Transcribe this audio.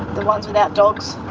the ones without dogs,